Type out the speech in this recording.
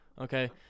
Okay